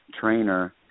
trainer